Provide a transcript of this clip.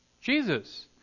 Jesus